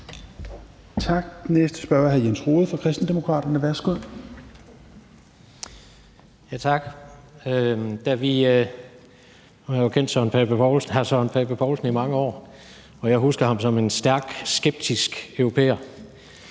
Tak. Den næste spørger er hr. Jens Rohde fra Kristendemokraterne. Værsgo. Kl. 16:41 Jens Rohde (KD): Tak. Nu har jeg kendt hr. Søren Pape Poulsen i mange år, og jeg husker ham som en stærkt skeptisk europæer,